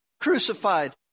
crucified